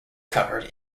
covered